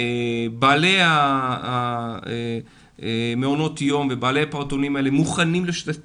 בעלי מעונות היום והפעוטונים מוכנים לשתף פעולה,